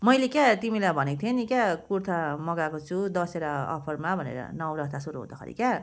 मैले क्या तिमीलाई भनेको थिएँ नि क्या कुर्ता मगाएको छु दसेरा अफरमा भनेर नौरथा सुरु हुँदाखेरि क्या